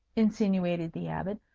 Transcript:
insinuated the abbot,